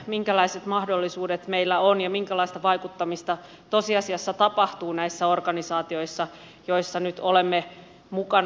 minkälaiset mahdollisuudet meillä on ja minkälaista vaikuttamista tosiasiassa tapahtuu näissä organisaatioissa joissa nyt olemme mukana